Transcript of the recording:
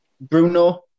Bruno